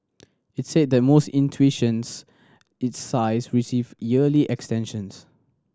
it said that most institutions its size receive yearly extensions